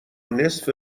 نصف